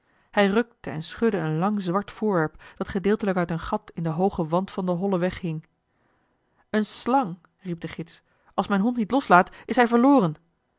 hij rukte en schudde een lang zwart voorwerp dat gedeeltelijk uit een gat in den hoogen wand van den hollen weg hing eene slang riep de gids als mijn hond niet loslaat is hij verloren